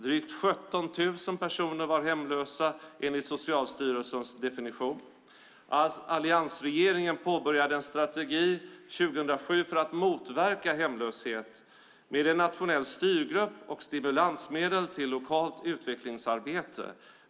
Drygt 17 000 personer var hemlösa enligt socialstyrelsens definition. Alliansregeringen påbörjade en strategi 2007 för att motverka hemlöshet med en nationell styrgrupp och stimulansmedel till lokalt utvecklingsarbete.